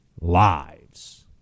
lives